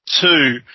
two